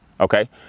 Okay